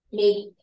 make